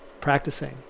practicing